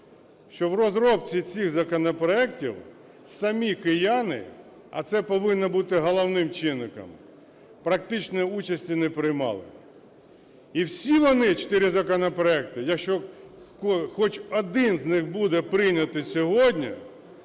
що в розробці цих законопроектів самі кияни, а це повинно бути головним чинником, практичної участі не приймали. І всі вони, чотири законопроекти, якщо хоч один з них буде прийнятий сьогодні,